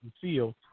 field